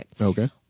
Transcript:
Okay